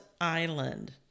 Island